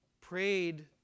prayed